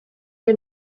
que